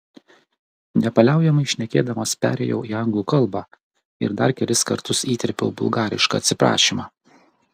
nepaliaujamai šnekėdamas perėjau į anglų kalbą ir dar kelis kartus įterpiau bulgarišką atsiprašymą